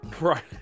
Right